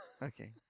Okay